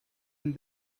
and